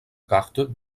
cartes